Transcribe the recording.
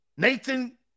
Nathan